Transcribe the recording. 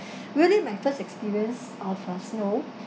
really my first experience of uh snow